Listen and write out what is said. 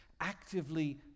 actively